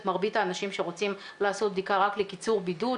את מרבית האנשים שרוצים לעשות בדיקה גם לקיצור בידוד,